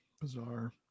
bizarre